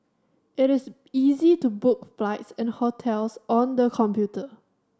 it is easy to book flights and hotels on the computer